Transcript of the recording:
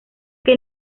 que